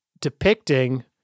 depicting